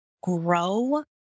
grow